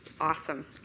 Awesome